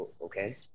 okay